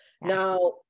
Now